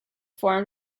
formed